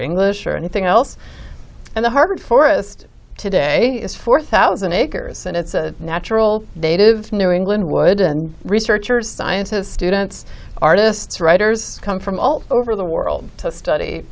english or anything else and the harvard forest today is four thousand acres and it's a natural dative new england would and researchers scientists students artists writers come from all over the world to study